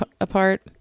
apart